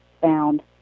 found